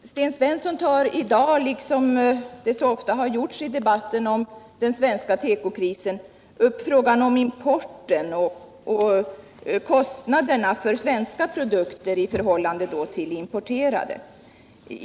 Herr talman! Sten Svensson tar i dag, som det så ofta har gjorts i debatten om den svenska tekokrisen, upp kostnaderna för svenska produkter i förhållande till importerade.